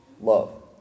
love